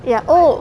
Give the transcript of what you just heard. ya oh